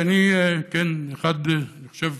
שאני חושב,